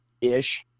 ish